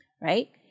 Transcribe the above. right